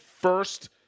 first